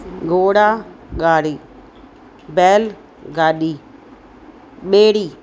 घोड़ा गाॾी बैल गाॾी ॿेड़ी